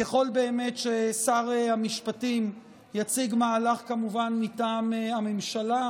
ככל ששר המשפטים יציג מהלך מטעם הממשלה,